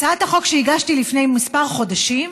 הצעת חוק שהגשתי לפני כמה חודשים,